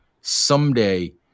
someday